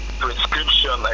prescription